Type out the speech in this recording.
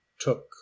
took